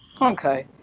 Okay